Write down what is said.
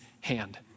hand